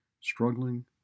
Struggling